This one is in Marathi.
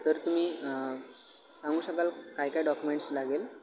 तर तुम्ही सांगू शकाल काय काय डॉक्युमेंट्स लागेल